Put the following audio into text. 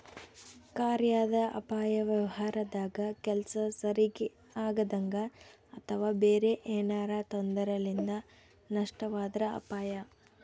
ಕಾರ್ಯಾದ ಅಪಾಯ ವ್ಯವಹಾರದಾಗ ಕೆಲ್ಸ ಸರಿಗಿ ಆಗದಂಗ ಅಥವಾ ಬೇರೆ ಏನಾರಾ ತೊಂದರೆಲಿಂದ ನಷ್ಟವಾದ್ರ ಅಪಾಯ